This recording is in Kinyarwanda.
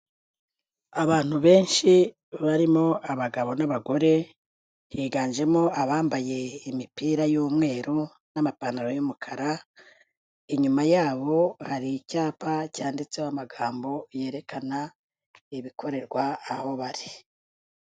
Abantu benshi barimo abagabo n'abagore, higanjemo abambaye imipira y'umweru n'amapantaro y'umukara, inyuma yabo hari icyapa cyanditseho amagambo yerekana ibikorerwa aho bari.